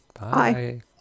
Bye